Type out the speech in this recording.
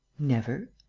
never.